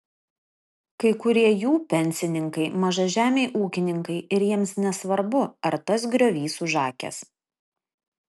kai kurie jų pensininkai mažažemiai ūkininkai ir jiems nesvarbu ar tas griovys užakęs